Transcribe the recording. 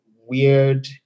weird